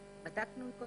מישהו אחר.